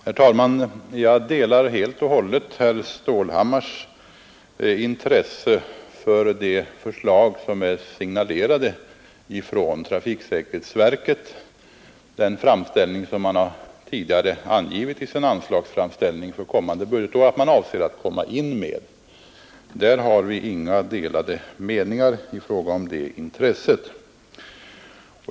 Herr talman! Jag delar helt och hållet herr Stålhammars intresse för de förslag som är signalerade i trafiksäkerhetsverkets anslagsframställning för det kommande budgetåret.